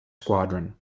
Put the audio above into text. squadron